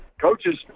coaches